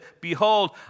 behold